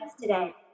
today